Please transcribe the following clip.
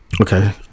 Okay